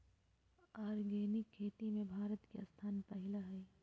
organic खेती में भारत के स्थान पहिला हइ